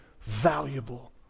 valuable